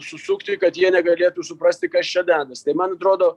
susukti kad jie negalėtų suprasti kas čia dedasi tai man atrodo